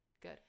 Good